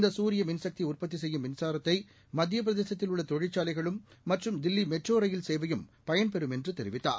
இந்த சூரிய மின்சக்தி உற்பத்தி செய்யும் மின்சாரத்தை மத்திய பிரதேசத்தில் உள்ள தொழிற்சாலைகளும் மற்றும் தில்லி மெட்ரோ ரயில் சேவையும் இதளால் பயன்பெறும் என்று அவர் தெரிவித்தார்